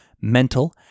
mental